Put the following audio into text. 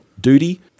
Duty